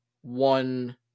one